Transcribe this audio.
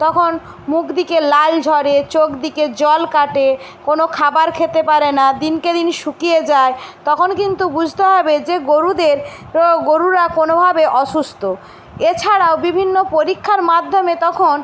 তখন মুখ দিকে লালা ঝরে চোখ দিকে জল কাটে কোনো খাবার খেতে পারে না দিনকে দিন শুকিয়ে যায় তখন কিন্তু বুঝতে হবে যে গোরুদের গোরুরা কোনোভাবে অসুস্থ এছাড়াও বিভিন্ন পরীক্ষার মাধ্যমে তখন